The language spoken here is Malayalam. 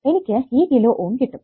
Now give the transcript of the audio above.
എനിക്ക് ഈ കിലോ ഓം കിട്ടും